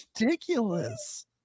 Ridiculous